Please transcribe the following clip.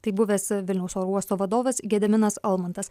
tai buvęs vilniaus oro uosto vadovas gediminas almantas